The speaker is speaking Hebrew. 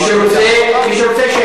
מי שרוצה,